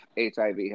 HIV